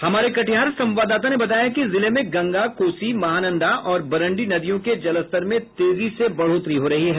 हमारे कटिहार संवाददाता ने बताया है कि जिले में गंगा कोसी महानंदा और बरंडी नदियों के जलस्तर में तेजी से बढ़ोतरी हो रही है